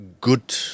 good